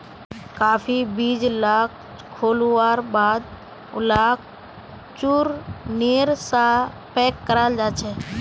काफी बीज लाक घोल्वार बाद उलाक चुर्नेर सा पैक कराल जाहा